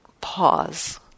pause